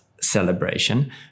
celebration